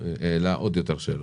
העלה עוד יותר שאלות.